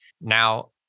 Now